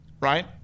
right